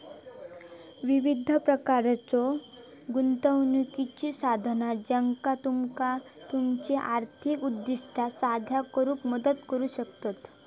विविध प्रकारच्यो गुंतवणुकीची साधना ज्या तुमका तुमची आर्थिक उद्दिष्टा साध्य करुक मदत करू शकतत